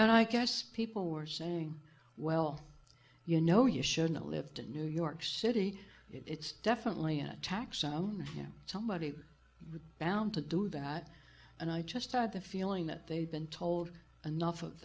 and i guess people were saying well you know you shouldn't live to new york city it's definitely a tax on him somebody bound to do that and i just had the feeling that they'd been told enough of